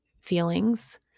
feelings